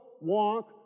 walk